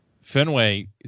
Fenway